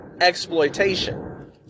exploitation